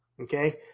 Okay